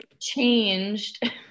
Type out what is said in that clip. changed